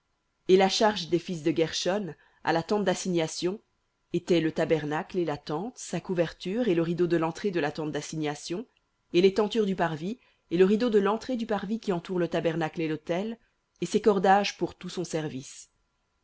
et la charge des fils de guershon à la tente d'assignation était le tabernacle et la tente sa couverture et le rideau de l'entrée de la tente dassignation et les tentures du parvis et le rideau de l'entrée du parvis qui entoure le tabernacle et l'autel et ses cordages pour tout son service